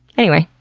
anyway.